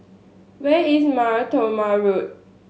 where is Mar Thoma Road